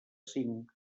cinc